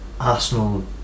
Arsenal